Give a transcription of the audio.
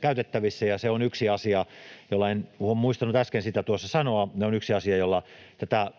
käytettävissä, ja se on yksi asia — en muistanut äsken sitä tuossa sanoa — jolla tätä